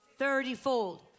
thirtyfold